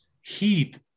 Heat